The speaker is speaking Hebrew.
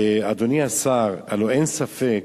אדוני השר, הלוא אין ספק